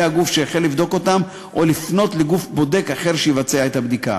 הגוף שהחל לבדוק אותם או לפנות לגוף בודק אחר שיבצע את הבדיקה.